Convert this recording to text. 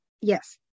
Yes